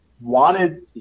wanted